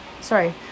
sorry